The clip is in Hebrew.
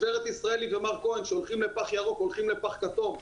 גברת ישראלי ומר כהן שהולכים לפח ירוק הולכים לפח כתום,